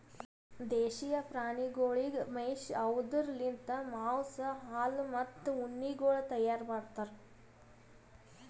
ದೇಶೀಯ ಪ್ರಾಣಿಗೊಳಿಗ್ ಮೇಯಿಸಿ ಅವ್ದುರ್ ಲಿಂತ್ ಮಾಂಸ, ಹಾಲು, ಮತ್ತ ಉಣ್ಣೆಗೊಳ್ ತೈಯಾರ್ ಮಾಡ್ತಾರ್